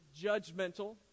judgmental